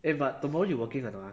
eh but tomorrow you working or not ah